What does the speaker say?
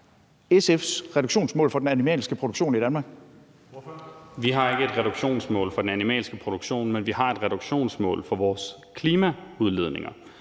Ordføreren. Kl. 16:14 Carl Valentin (SF): Vi har ikke et reduktionsmål for den animalske produktion, men vi har et reduktionsmål for vores klimaudledninger.